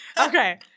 Okay